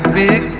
big